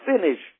finish